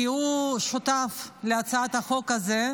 כי הוא שותף להצעת החוק הזו.